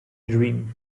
dream